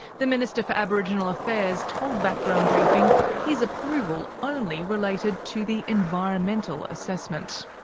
the minister for aboriginal affairs told background briefing his approval only related to the environmental assessment.